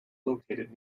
located